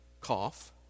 cough